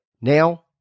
Now